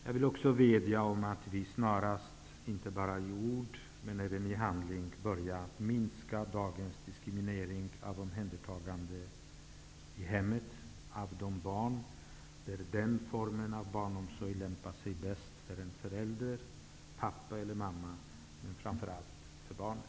Jag vill också vädja om att vi snarast inte bara i ord utan även i handling börjar minska dagens diskriminering av omhändertagande i hemmet av barn i fall då den formen av barnomsorg lämpar sig bäst för en förälder, pappa eller mamma, men framför allt för barnet.